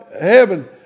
heaven